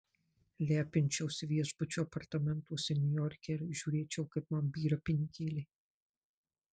lepinčiausi viešbučio apartamentuose niujorke ir žiūrėčiau kaip man byra pinigėliai